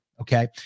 okay